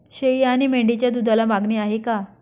शेळी आणि मेंढीच्या दूधाला मागणी आहे का?